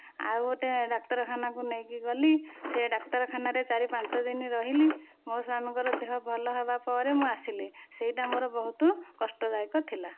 ଆଉ ଗୋଟେ ଡାକ୍ତରଖାନା କୁ ନେଇକି ଗଲି ସେ ଡାକ୍ତରଖାନାରେ ଚାରି ପାଞ୍ଚ ଦିନ ରହିଲି ମୋ ସ୍ୱାମୀଙ୍କର ଦେହ ଭଲ ହେବା ପରେ ମୁଁ ଆସିଲି ସେହିଟା ମୋର ବହୁତ କଷ୍ଟ ଦାୟକ ଥିଲା